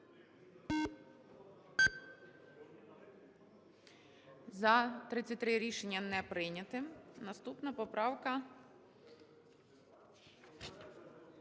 За-33 Рішення не прийнято. Наступна поправка